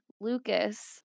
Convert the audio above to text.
Lucas